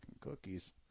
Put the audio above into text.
cookies